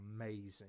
amazing